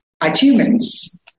achievements